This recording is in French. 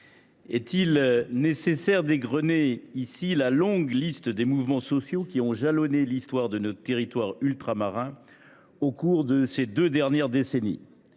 est il nécessaire d’égrener la longue liste des mouvements sociaux qui ont jalonné l’histoire de nos territoires ultramarins au cours des deux dernières décennies ?